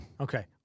Okay